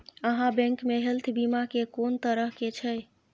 आहाँ बैंक मे हेल्थ बीमा के कोन तरह के छै?